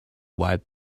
wipe